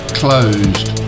closed